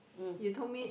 you told me